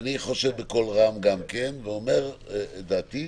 אני חושב בקול רם גם כן ואומר את דעתי: